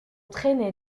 traînait